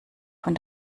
von